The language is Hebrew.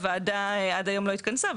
הוועדה עד היום לא התכנסה,